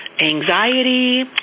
anxiety